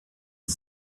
son